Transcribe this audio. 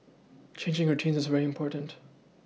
changing routines is very important